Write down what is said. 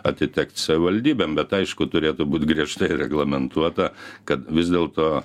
atitekt savivaldybėm bet aišku turėtų būt griežtai reglamentuota kad vis dėlto